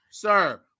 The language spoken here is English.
Sir